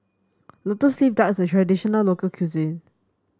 lotus leaf duck is a traditional local cuisine